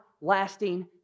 lasting